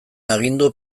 agindu